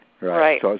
Right